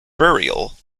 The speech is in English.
burial